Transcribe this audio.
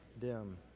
dim